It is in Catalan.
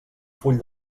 full